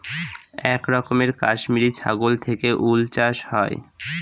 এক রকমের কাশ্মিরী ছাগল থেকে উল চাষ হয়